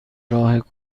راه